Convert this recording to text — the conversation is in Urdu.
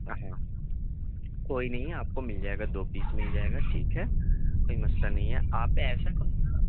ہاں کوئی نہیں آپ کو مِل جائے گا دو پیس مِل جائے گا ٹھیک ہے کوئی مسئلہ نہیں ہے آپ ایسا کرو نا